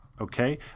okay